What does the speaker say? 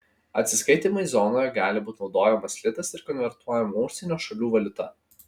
atsiskaitymui zonoje gali būti naudojamas litas ir konvertuojama užsienio šalių valiuta